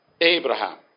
Abraham